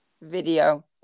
video